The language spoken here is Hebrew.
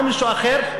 לא מישהו אחר,